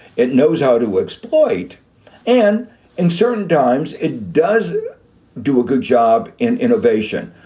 it knows how to exploit an uncertain times. it does do a good job in innovation.